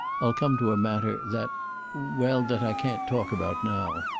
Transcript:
i'll come to a matter that well, that i can't talk about now.